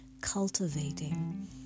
cultivating